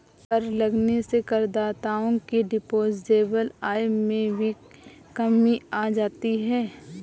कर लगने से करदाताओं की डिस्पोजेबल आय में भी कमी आ जाती है